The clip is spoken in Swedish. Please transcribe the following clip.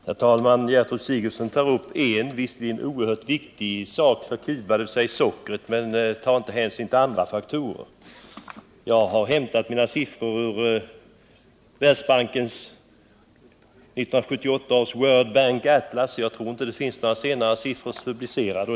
Herr talman! Gertrud Sigurdsen tar upp en visserligen viktig sak för Cuba, nämligen sockret, men tar inte hänsyn till andra faktorer. Jag har hämtat mina siffror från Världsbanken, 1978 års World Bank Atlas. Jag tror inte att det finns några senare siffror publicerade.